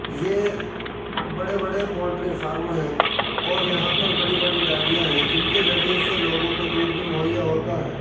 یہ بڑے بڑے پولٹری فارم ہیں اور یہاں پر بڑی بڑی ڈیریاں ہیں جن کے ذریعے سے لوگوں کو دودھ بھی مہیا ہوتا ہے